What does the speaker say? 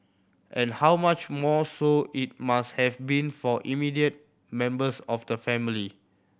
and how much more so it must have been for immediate members of the family